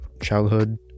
childhood